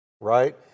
Right